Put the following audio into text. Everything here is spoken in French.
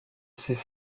ces